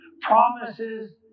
promises